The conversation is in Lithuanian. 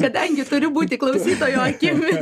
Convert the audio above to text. kadangi turiu būti klausytojo akimis